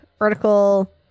article